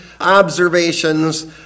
observations